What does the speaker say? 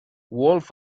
wolf